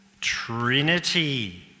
Trinity